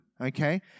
okay